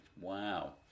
Wow